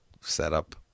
setup